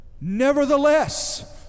Nevertheless